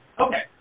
Okay